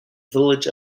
village